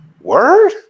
word